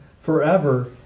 forever